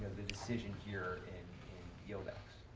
the decision here in yield x.